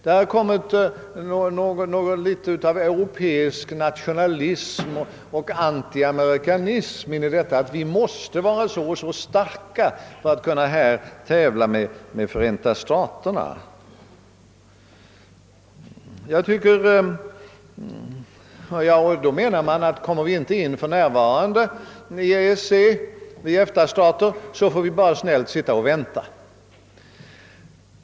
Det har kommit in något litet av europeisk nationalism och antiamerikanism i bilden: vi måste vara så och så starka för att kunna tävla med Förenta staterna. Man tycks mena, att om vi EFTA-stater för närvarande inte kan komma in i EEC, så får vi bara snällt sitta och vänta.